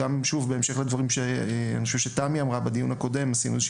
ובהמשך לדברים שתמי אמרה בדיון הקודם עשינו איזו